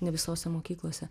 ne visose mokyklose